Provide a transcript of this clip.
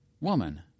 woman